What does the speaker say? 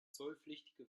zollpflichtige